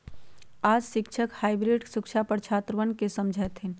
आज शिक्षक हाइब्रिड सुरक्षा पर छात्रवन के समझय थिन